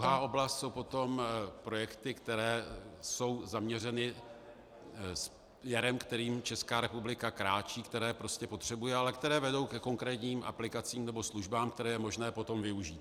Druhá oblast jsou potom projekty, které jsou zaměřeny směrem, kterým Česká republiky kráčí, které prostě potřebuje, ale které vedou ke konkrétním aplikacím nebo službám, které je možné potom využít.